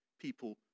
people